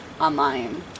online